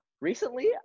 recently